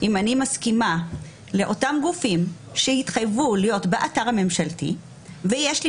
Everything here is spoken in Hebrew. אם אני מסכימה לאותם גופים שיתחייבו להיות באתר הממשלתי ויש לי